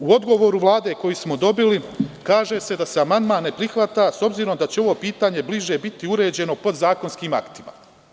U odgovoru Vlade koji smo dobili kaže se da se amandman ne prihvata s obzirom da će ovo pitanje bliže biti uređeno podzakonskim aktima.